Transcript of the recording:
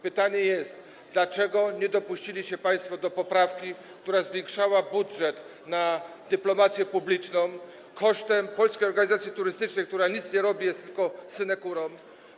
Pytanie jest: Dlaczego nie dopuściliście państwo do poprawki, która zwiększała budżet na dyplomację publiczną kosztem Polskiej Organizacji Turystycznej, która nic nie robi, jest tylko synekurą?